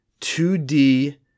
2D